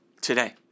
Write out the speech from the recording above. today